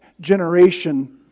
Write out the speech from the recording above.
generation